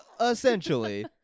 Essentially